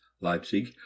Leipzig